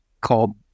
called